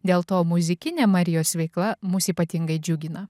dėl to muzikinė marijos veikla mus ypatingai džiugina